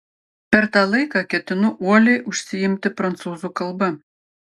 per tą laiką ketinu uoliai užsiimti prancūzų kalba